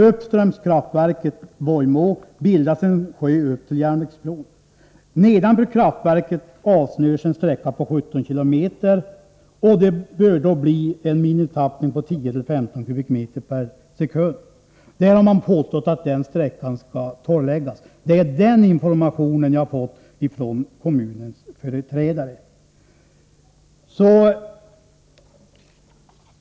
”Uppströms kraftverket bildas en sjö upp till järnvägsbron. Nedanför kraftverket avsnörs en sträcka på 17 km och det bör då bli en minimitappning på 10-15 kubikmeter per sekund.” Man har påstått att den sträckan skulle torrläggas; den informationen har jag fått från kommunens företrädare.